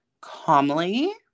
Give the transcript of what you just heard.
calmly